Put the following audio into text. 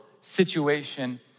situation